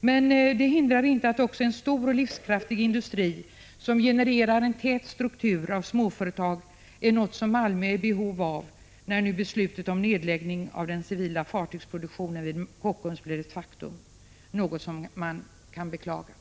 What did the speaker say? Men det hindrar inte att även en stor och livskraftig industri som genererar en tät struktur av småföretag är något som Malmö är i behov av, när nu beslutet om nedläggning av den civila fartygsproduktionen vid Kockums blir ett faktum — något som man kan beklaga.